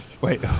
Wait